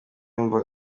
wumva